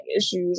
issues